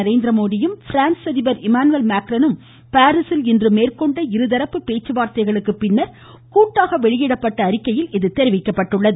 நரேந்திரமோடியும் பிரான்ஸ் அதிபர் இமானுவேல் மேக்ரானும் பாரீசில் இன்று மேற்கொண்ட இருதரப்பு பேச்சுவார்த்தைகளுக்கு பின்னர் கூட்டாக வெளியிடப்பட்ட அறிக்கையில் இது தெரிவிக்கப்பட்டது